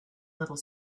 little